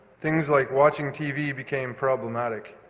things like watching tv became problematic,